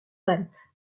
length